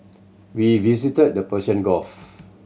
we visited the Persian Gulf